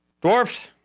Dwarfs